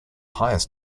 highest